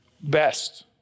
best